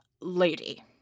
lady